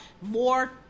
more